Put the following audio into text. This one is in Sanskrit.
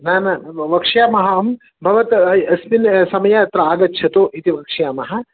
न न वक्ष्यामः अहं भवता अस्मिन् समये अत्र आगच्छतु इति वक्ष्यामः